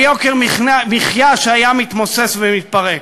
ליוקר מחיה שהיה מתמוסס ומתפרק.